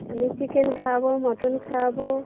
আমি চিকেন খাওয়াব মটন খাওয়াব